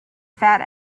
fat